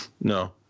no